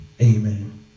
amen